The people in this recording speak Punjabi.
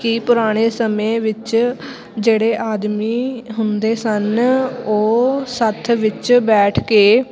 ਕਿ ਪੁਰਾਣੇ ਸਮੇਂ ਵਿੱਚ ਜਿਹੜੇ ਆਦਮੀ ਹੁੰਦੇ ਸਨ ਉਹ ਸੱਥ ਵਿੱਚ ਬੈਠ ਕੇ